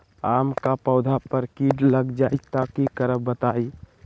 आम क पौधा म कीट लग जई त की करब बताई?